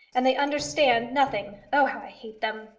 and they understand nothing. oh, how i hate them!